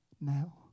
now